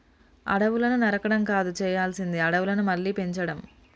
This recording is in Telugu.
అడవులను నరకడం కాదు చేయాల్సింది అడవులను మళ్ళీ పెంచడం